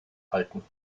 halten